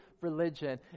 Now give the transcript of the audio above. religion